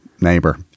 Neighbor